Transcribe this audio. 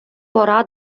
пора